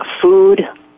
food